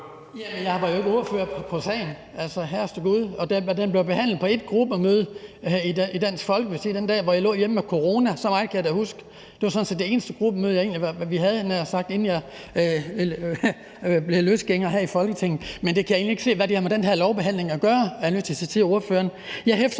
Jeg var jo ikke ordfører på sagen – altså, herreste gud. Og den blev behandlet på et gruppemøde i Dansk Folkeparti den dag, hvor jeg lå hjemme med corona. Så meget kan jeg da huske. Det var sådan set det sidste gruppemøde, vi havde, havde jeg nær sagt, inden jeg blev løsgænger her i Folketinget. Men det kan jeg egentlig ikke se hvad har med den her lovbehandling at gøre, er jeg